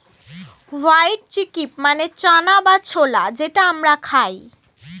white chickpea মানে চানা বা ছোলা যেটা আমরা খাই